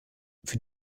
für